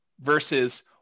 versus